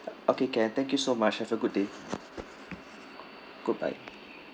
okay can thank you so much have a good day goodbye